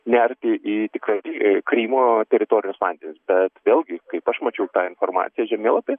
nerti į tikrai krymo teritorijos vandenis bet vėlgi kaip aš mačiau tą informaciją žemėlapyje